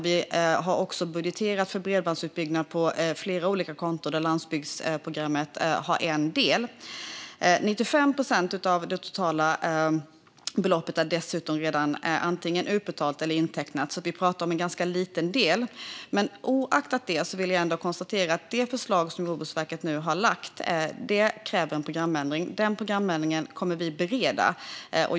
Vi har också budgeterat för bredbandsutbyggnad på flera olika konton där landsbygdsprogrammet har en del. 95 procent av det totala beloppet är dessutom antingen redan utbetalt eller intecknat. Vi talar alltså om en ganska liten del. Men oaktat detta vill jag ändå konstatera att det förslag som Jordbruksverket nu har lagt fram kräver en programändring. Denna programändring kommer vi att bereda.